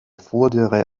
vordere